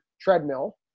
treadmill